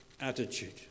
attitude